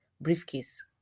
briefcase